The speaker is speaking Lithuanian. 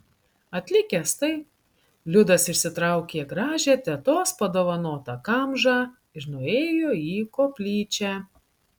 atlikęs tai liudas išsitraukė gražią tetos padovanotą kamžą ir nuėjo į koplyčią